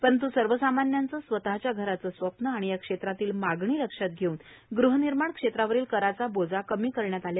परंत् सर्वसामान्यांचे स्वतच्या घराचे स्वप्नं आणि या क्षेत्रातील मागणी लक्षात घेऊन ग्हनिर्माण क्षेत्रावरील कराचा बोजा कमी करण्यात आला